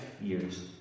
years